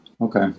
Okay